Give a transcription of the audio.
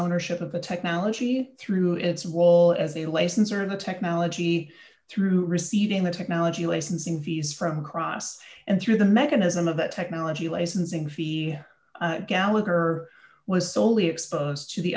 ownership of the technology through its role as the license or the technology through receiving the technology licensing fees from across and through the mechanism of that technology licensing fee gallagher was soley exposed to the